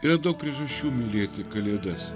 yra daug priežasčių mylėti kalėdas